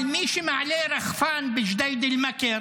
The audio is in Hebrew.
אבל מי שמעלה רחפן בג'דיידה-מכר